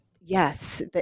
Yes